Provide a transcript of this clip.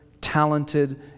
talented